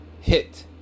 hit